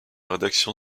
rédaction